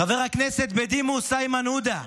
חבר הכנסת בדימוס איימן עודה,